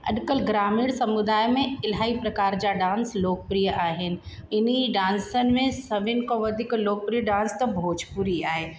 अॼुकल्ह ग्रामीण समुदाय में इलाही प्रकार जा डांस लोकप्रिय आहिनि हिन डांसनि में सभिनी खां वधीक लोकप्रिय डांस त भोजपुरी आहे